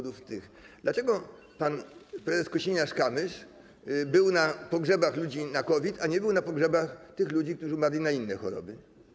Dlaczego pan prezes Kosiniak-Kamysz był na pogrzebach ludzi na COVID, a nie był na pogrzebach tych ludzi, którzy umarli na inne choroby?